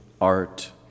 art